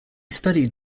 studied